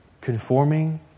Conforming